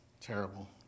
terrible